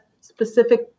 specific